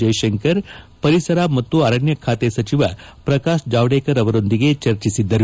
ಜೈಶಂಕರ್ ಪರಿಸರ ಮತ್ತು ಅರಣ್ಣ ಖಾತೆ ಸಚಿವ ಪ್ರಕಾಶ್ ಜಾವಡೇಕರ್ ಅವರೊಂದಿಗೆ ಚರ್ಚಿಸಿದ್ಗರು